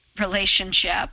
relationship